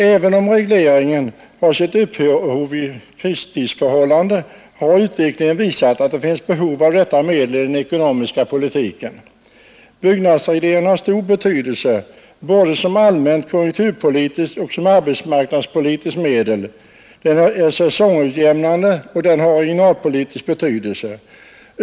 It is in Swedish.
Även om regleringen har sitt upphov i kristidsförhållanden har utvecklingen visat att det finns behov av detta medel i den ekonomiska politiken. Byggnadsregleringen har stor betydelse både som allmänt konjunkturpolitiskt medel och som arbetsmarknadspolitiskt medel. Den är säsongutjämnande och har regionalpolitisk betydelse.